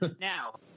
Now